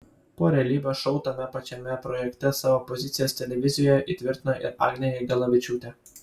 po realybės šou tame pačiame projekte savo pozicijas televizijoje įtvirtino ir agnė jagelavičiūtė